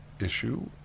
issue